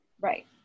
Right